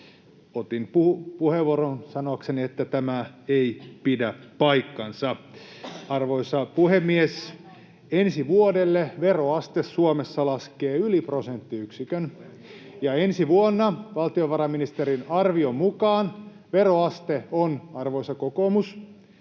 Otin puheenvuoron sanoakseni, että tämä ei pidä paikkaansa. Arvoisa puhemies! Ensi vuodelle veroaste Suomessa laskee yli prosenttiyksikön, ja ensi vuonna valtiovarainministerin arvion mukaan veroaste on, arvoisa kokoomus,